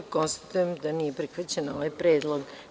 Konstatujem da nije prihvaćen ovaj predlog.